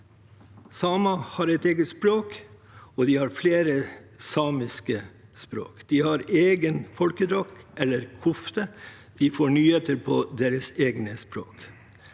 Samer har et eget språk, og de har flere samiske språk. De har sin egen folkedrakt, eller kofte, og de får nyheter på sine egne språk.